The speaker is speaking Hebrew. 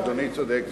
אדוני צודק.